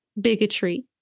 bigotry